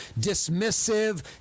dismissive